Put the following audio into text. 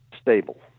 stable